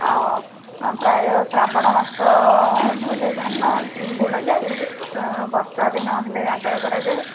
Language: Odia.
ଆଉ ପ୍ରାୟ ଶ୍ରାବଣ ମାସ ଆରମ୍ଭ ହେଲେ ଧାନ ବୁଣାଯାଏ ବର୍ଷା ଦିନ ହେଲେ ଆଦାୟ କରାଯାଏ